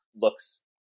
looks